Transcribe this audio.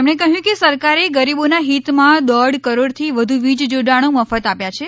તેમણે કહ્યું કે સરકારે ગરીબોનાં હિતમાં દોઢ કરોડથી વધુ વીજજોડાણો મફત આપ્યા છે